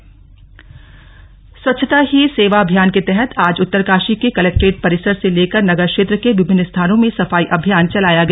स्वच्छता अभियान स्वच्छता ही सेवा अभियान के तहत आज उत्तरकाशी के कलेक्ट्रेट परिसर से लेकर नगर क्षेत्र के विभिन्न स्थानों में सफाई अभियान चलाया गया